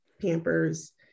Pampers